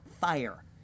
fire